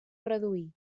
reduir